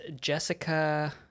Jessica